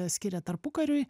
skiria tarpukariui